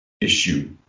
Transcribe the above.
issue